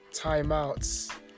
timeouts